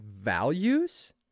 values